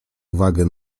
uwagę